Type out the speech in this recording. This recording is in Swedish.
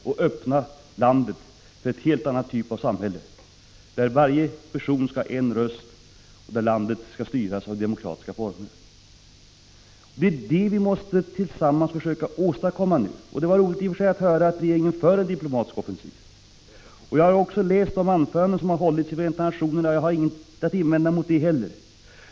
Att öppna landet för en helt annan typ av samhälle, där varje person har en röst och landet styrs i demokratiska former. Det är detta vi tillsammans med andra länder och tillsammans med dem som för kampen inom Sydafrika måste försöka åstadkomma nu. Det var i och för sig roligt att höra att regeringen för en diplomatisk offensiv. Jag har läst de anföranden som regeringen hållit i Förenta nationerna i Sydafrikafrågan, och jag har inget att invända mot dem.